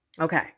Okay